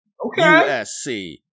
USC